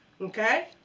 Okay